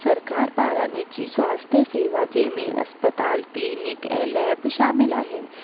सरकार पारां निजी स्वास्थ्य सेवा जे में अस्पताल क्लीनिक ऐं लेब शामिलु आहिनि